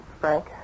Frank